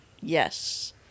Yes